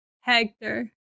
Hector